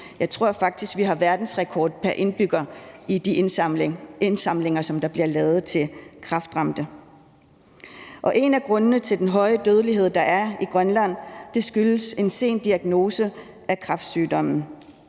Jeg tror faktisk, vi har verdensrekord pr. indbygger i de indsamlinger, som der bliver lavet til kræftramte. En af grundene til den høje dødelighed, der er i Grønland, er en sen diagnose af kræftsygdommen.